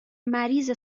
مریض